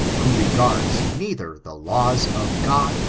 who regards neither the laws of god,